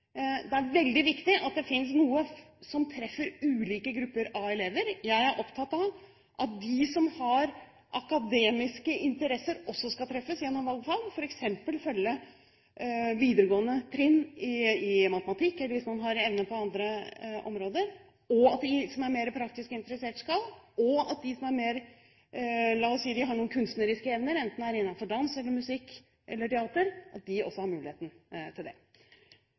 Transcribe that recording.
Det er veldig viktig at det finnes noe som treffer ulike grupper av elever. Jeg er opptatt av at de som har akademiske interesser, også skal treffes gjennom valgfag – f.eks. følge videregående trinn i matematikk eller på andre områder hvor man har evner, og at de som er mer praktisk interessert og de som har kunstneriske evner – enten det er innenfor dans, musikk eller teater – også skal ha muligheter. Ungdomsskolen er utrolig viktig som et utgangspunkt for at